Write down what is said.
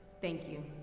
thank you,